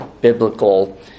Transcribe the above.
biblical